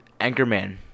Anchorman